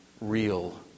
real